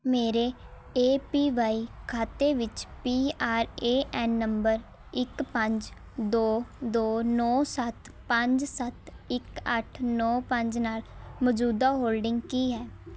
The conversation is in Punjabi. ਮੇਰੇ ਏ ਪੀ ਵਾਈ ਖਾਤੇ ਵਿੱਚ ਪੀ ਆਰ ਏ ਐੱਨ ਨੰਬਰ ਇੱਕ ਪੰਜ ਦੋ ਦੋ ਨੌ ਸੱਤ ਪੰਜ ਸੱਤ ਇੱਕ ਅੱਠ ਨੌ ਪੰਜ ਨਾਲ ਮੌਜੂਦਾ ਹੋਲਡਿੰਗ ਕੀ ਹੈ